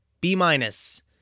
B-minus